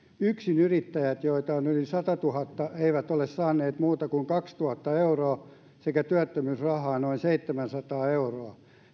yksinyrittäjät joita on yli satatuhatta eivät ole saaneet muuta kuin kaksituhatta euroa sekä työttömyysrahaa noin seitsemänsataa euroa